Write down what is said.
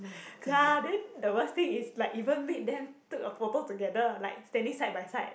ya then the worst thing is like even made them took a photo together like standing side by side